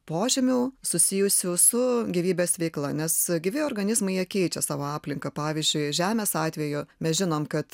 požymių susijusių su gyvybės veikla nes gyvi organizmai jie keičia savo aplinką pavyzdžiui žemės atveju mes žinom kad